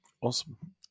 Awesome